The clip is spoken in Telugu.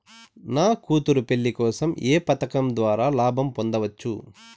నా కూతురు పెళ్లి కోసం ఏ పథకం ద్వారా లాభం పొందవచ్చు?